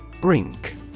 Brink